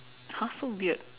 !huh! so weird